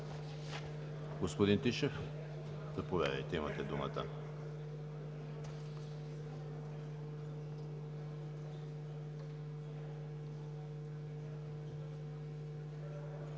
Господин Тишев, заповядайте – имате думата.